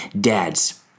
Dads